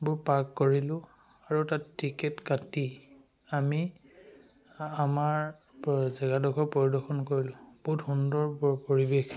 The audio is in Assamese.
বোৰ পাক কৰিলোঁ আৰু তাত টিকেট কাটি আমি আমাৰ প জেগাডোখৰ পৰিদৰ্শন কৰিলোঁ বহুত সুন্দৰ পৰিৱেশ